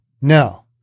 no